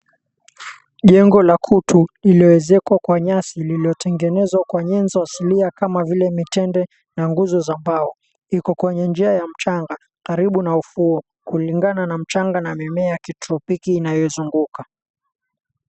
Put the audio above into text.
Jengo la kutu liliyoezekwa kwa nyasi lililotengenezwa kwa nyezo asilia kama vile mitende na nguzo za pao iko kwenye njia ya upanga karibu na ufuo kulingana na mchanga na mimea ya kitropiki inayozunguka.